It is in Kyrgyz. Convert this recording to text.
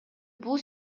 бул